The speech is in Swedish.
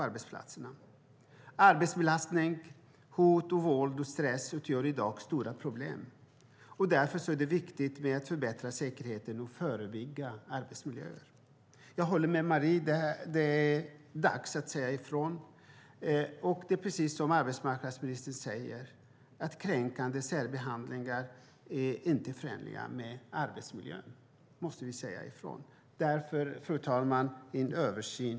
Arbetsbelastning, hot, våld och stress utgör i dag stora problem. Därför är det viktigt att säkerheten förbättras och att man förebygger att arbetsmiljön inte blir dålig. Jag håller med Marie Nordén om att det är dags att säga ifrån. Och det är precis som arbetsmarknadsministern säger, nämligen att kränkande särbehandling inte är förenlig med en bra arbetsmiljö. Vi måste säga ifrån. Därför välkomnas en översyn.